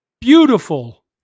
beautiful